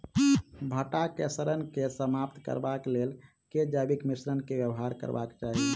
भंटा केँ सड़न केँ समाप्त करबाक लेल केँ जैविक मिश्रण केँ व्यवहार करबाक चाहि?